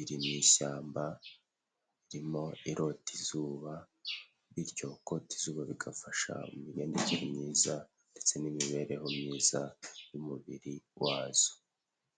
iri mu ishyamba irimo irota izuba, bityo kota izuba bigafasha mu migendekere myiza ndetse n'imibereho myiza y'umubiri wazo.